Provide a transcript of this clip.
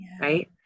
right